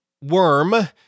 worm